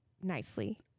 nicely